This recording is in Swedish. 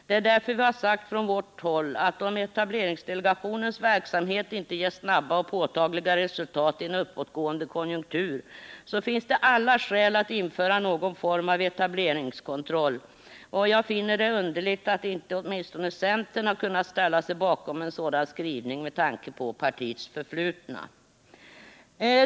Det är därför vi från vårt håll har sagt att om etableringsdelegationens verksamhet inte ger snabba och påtagliga resultat i en uppåtgående konjunktur, finns det alla skäl att införa någon form av etableringskontroll, och jag finner det underligt att inte åtminstone centern kunnat ställa sig bakom en sådan skrivning med tanke på partiets förflutna.